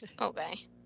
Okay